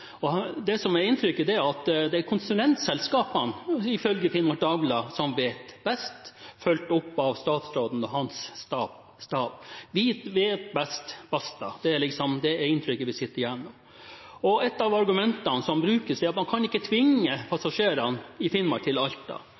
Det som er inntrykket, er at det er konsulentselskapene, ifølge Finnmark Dagblad, som vet best, fulgt opp av statsråden og hans stab – vi vet best, basta! Det er inntrykket vi sitter igjen med. Et av argumentene som brukes, er at man ikke kan tvinge passasjerene i Finnmark til Alta.